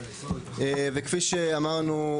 וכפי שאמרנו,